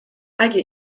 اگه